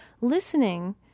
listening